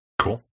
Cool